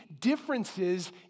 differences